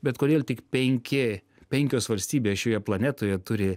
bet kodėl tik penki penkios valstybės šioje planetoje turi